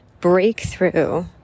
breakthrough